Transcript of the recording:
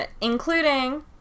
Including